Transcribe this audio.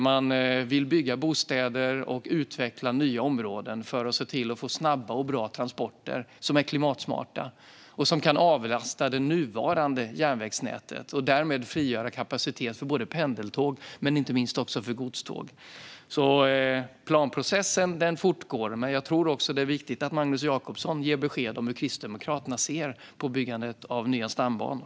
Man vill bygga bostäder och utveckla nya områden för att se till att få snabba och bra transporter som är klimatsmarta och som kan avlasta det nuvarande järnvägsnätet och därmed frigöra kapacitet för både pendeltåg och godståg. Planprocessen fortgår, men jag tror att det också är viktigt att Magnus Jacobsson ger besked om hur Kristdemokraterna ser på byggandet av nya stambanor.